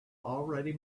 already